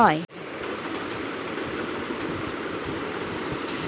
কৃষিশিক্ষা একটি সাবজেক্ট যেটি বিশ্ববিদ্যালয় এবং কলেজে পড়ানো হয়